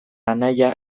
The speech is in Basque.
anaia